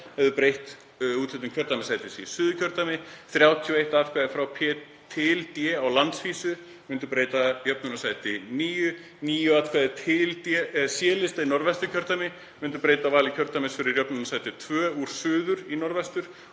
breytt úthlutun kjördæmasætis í Suðurkjördæmi, 31 atkvæði frá P til D á landsvísu myndu breyta jöfnunarsæti níu. Níu atkvæði til C-lista í Norðvesturkjördæmi myndu breyta vali kjördæmis fyrir jöfnunarsætum, tvö úr suður í norðvestur